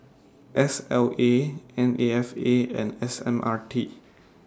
S L A N A F A and S M R T